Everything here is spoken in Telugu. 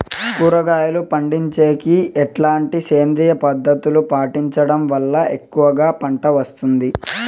కూరగాయలు పండించేకి ఎట్లాంటి సేంద్రియ పద్ధతులు పాటించడం వల్ల ఎక్కువగా పంట వస్తుంది?